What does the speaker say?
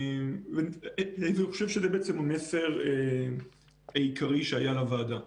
אני חושב שזה בעצם המסר העיקרי שהיה לוועדה.